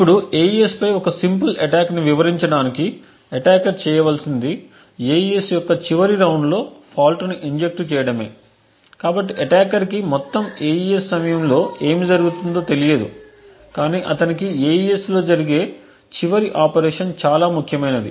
ఇప్పుడు AES పై ఒక సింపుల్ అటాక్ని వివరించడానికి అటాకర్ చేయవలసినది AES యొక్క చివరి రౌండ్ లో ఫాల్ట్ని ఇంజెక్ట్ చేయడమే కాబట్టి అటాకర్ కి మొత్తం AES సమయంలో ఏమి జరుగుతుందో తెలియదు కాని అతనికి AES లో జరిగే చివరి ఆపరేషన్ చాలా ముఖ్యమైనది